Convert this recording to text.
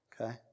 okay